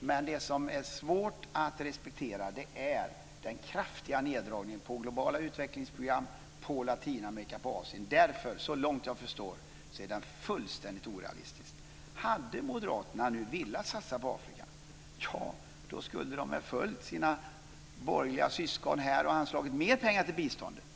Men det som är svårt att respektera är den kraftiga neddragningen på globala utvecklingsprogram, på Latinamerika och på Asien. Därför är detta, så långt jag förstår, fullständigt orealistiskt. Hade moderaterna nu velat satsa på Afrika skulle de väl ha följt sina borgerliga syskon och anslagit mer pengar till biståndet.